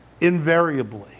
invariably